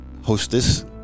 hostess